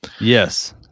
Yes